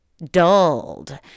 dulled